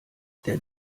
der